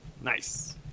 nice